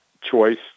choice